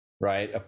right